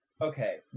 Okay